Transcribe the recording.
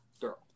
girl